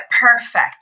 perfect